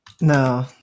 No